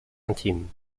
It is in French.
intime